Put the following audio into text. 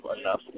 enough